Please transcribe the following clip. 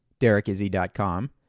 DerekIzzy.com